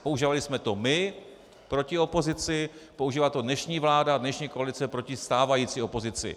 Používali jsme to my proti opozici, používá to dnešní vláda, dnešní koalice proti stávající opozici.